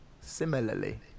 similarly